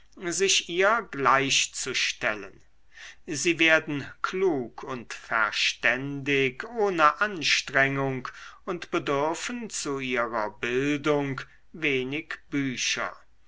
sich ihr gleichzustellen sie werden klug und verständig ohne anstrengung und bedürfen zu ihrer bildung wenig bücher